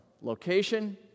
Location